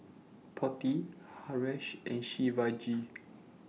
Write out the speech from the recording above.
Potti Haresh and Shivaji